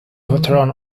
veteran